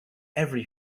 every